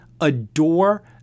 adore